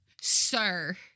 Sir